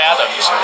Adams